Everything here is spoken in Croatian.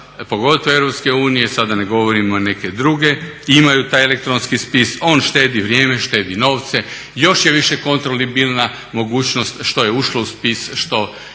pogotovo EU sad da ne govorimo neke druge imaju taj elektronski spis. On štedi vrijeme, štedi novce. Još je više kontrolibilna mogućnost što je ušlo u spis, što